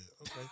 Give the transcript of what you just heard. okay